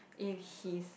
if he's